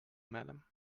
madam